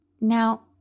Now